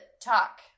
talk